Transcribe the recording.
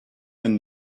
and